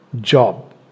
job